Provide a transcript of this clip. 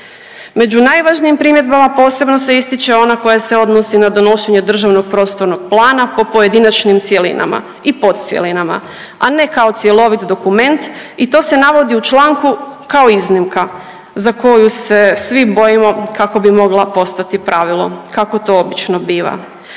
Među najvažnijim primjedbama posebno se ističe ona koja se odnosi na donošenje državnog prostornog plana po pojedinačnim cjelinama i podcjelinama, a ne kao cjelovit dokument i to se navodi u članku kao iznimka za koju se svi bojimo kako bi mogla postati pravilo kako to obično biva.